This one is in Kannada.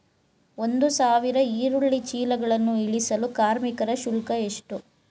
ಒಂದು ಸಾವಿರ ಈರುಳ್ಳಿ ಚೀಲಗಳನ್ನು ಇಳಿಸಲು ಕಾರ್ಮಿಕರ ಶುಲ್ಕ ಎಷ್ಟು?